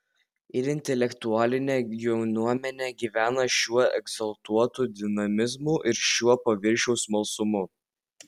ir intelektualinė jaunuomenė gyvena šiuo egzaltuotu dinamizmu ir šiuo paviršiaus smalsumu